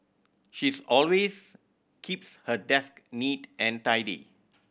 she is always keeps her desk neat and tidy